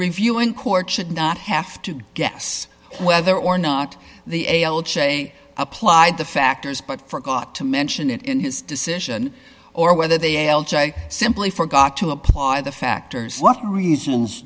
reviewing court should not have to guess whether or not the a l j applied the factors but forgot to mention it in his decision or whether they are simply forgot to apply the factors what reasons